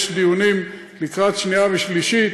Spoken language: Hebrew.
יש דיונים לקראת קריאה שנייה ושלישית.